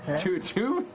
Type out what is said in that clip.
to two?